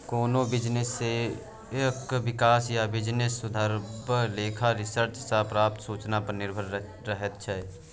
कोनो बिजनेसक बिकास या बिजनेस सुधरब लेखा रिसर्च सँ प्राप्त सुचना पर निर्भर रहैत छै